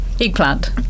Eggplant